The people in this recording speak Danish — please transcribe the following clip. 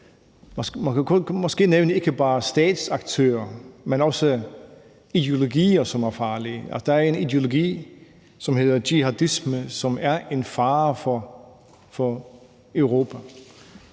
at man måske kunne nævne ikke bare statsaktører, men også ideologier, som er farlige, altså at der er en ideologi, som hedder jihadisme, som er en fare for Europa.